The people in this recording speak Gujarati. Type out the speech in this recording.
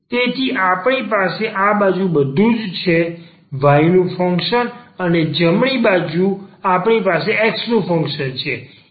તેથી આપણી પાસે આ બાજુ બધું છે y નું ફંક્શન અને જમણી બાજુ આપણી પાસે x નું ફંક્શન છે